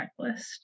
checklist